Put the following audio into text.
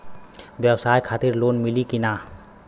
ब्यवसाय खातिर लोन मिली कि ना?